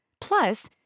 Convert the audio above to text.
Plus